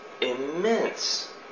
immense